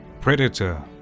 predator